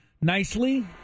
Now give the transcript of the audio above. nicely